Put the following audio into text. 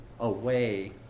Away